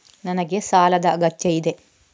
ನನಗೆ ಸಾಲದ ಅಗತ್ಯ ಇದೆ?